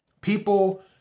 people